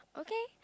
okay